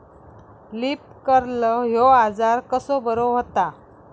Leaf curl ह्यो आजार कसो बरो व्हता?